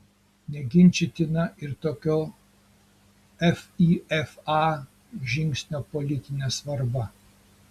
neginčytina ir tokio fifa žingsnio politinė svarba